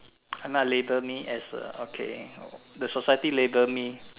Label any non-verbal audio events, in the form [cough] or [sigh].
[noise] ah label me as a okay the society label me